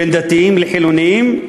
בין דתיים לחילונים,